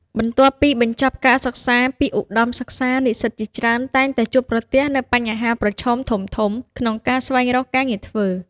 បន្ទាប់ពីបញ្ចប់ការសិក្សាពីឧត្តមសិក្សា និស្សិតជាច្រើនតែងតែជួបប្រទះនូវបញ្ហាប្រឈមធំៗក្នុងការស្វែងរកការងារធ្វើ។